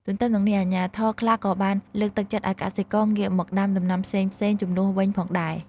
ទន្ទឹមនឹងនេះ អាជ្ញាធរខ្លះក៏បានលើកទឹកចិត្តឲ្យកសិករងាកមកដាំដំណាំផ្សេងៗជំនួសវិញផងដែរ។